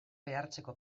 behartzeko